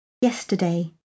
Yesterday